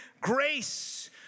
Grace